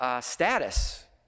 status